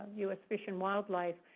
us fish and wildlife,